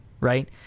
Right